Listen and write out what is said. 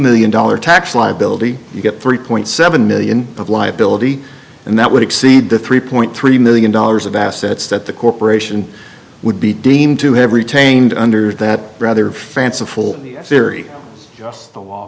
million dollar tax liability you get three point seven million of liability and that would exceed the three point three million dollars of assets that the corporation would be deemed to have retained under that rather fanciful theory